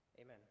Amen